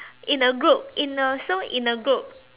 in a group in a so in a group